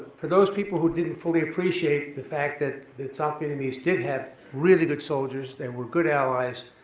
for those people who didn't fully appreciate the fact that the south vietnamese did have really good soldiers, they were good allies,